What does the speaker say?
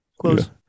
Close